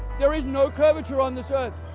there is no curvature on this earth,